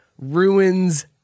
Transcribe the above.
ruins